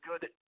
good